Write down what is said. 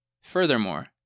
Furthermore